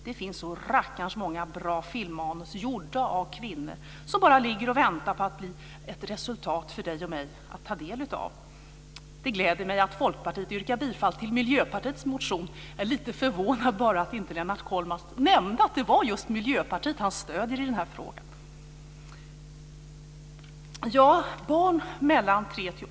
Det finns så rackarns många bra filmmanus som gjorts av kvinnor och som bara ligger och väntar på att bli ett resultat för dig och mig att ta del av. Det gläder mig att Folkpartiet yrkar bifall till Miljöpartiets motion. Jag är bara litet förvånad att inte Lennart Kollmats nämnde att det är just Miljöpartiet han stöder i den här frågan.